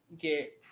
get